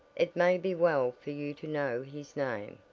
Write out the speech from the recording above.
it may be well for you to know his name.